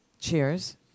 cheers